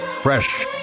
Fresh